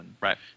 Right